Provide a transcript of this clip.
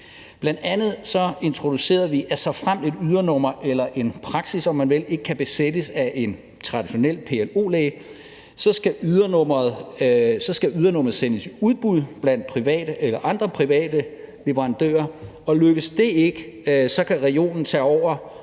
Bl.a. introducerede vi, at såfremt et ydernummer eller en praksis, om man vil, ikke kan besættes af en traditionel PLO-læge, skal ydernummeret sendes i udbud blandt andre private leverandører, og lykkes det ikke, kan regionen tage over